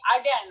Again